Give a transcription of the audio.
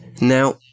Now